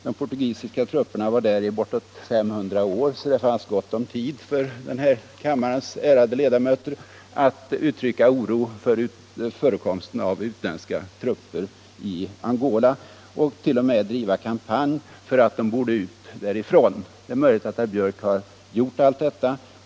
De portugisiska trupperna var där bortåt 500 år, så det fanns gott om tid för den här kammarens ärade ledamöter att uttrycka oro över förekomsten av utländska trupper i Angola och t.o.m. driva kampanj för att få ut dem därifrån. Det är möjligt att herr Björck har gjort allt detta.